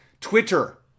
Twitter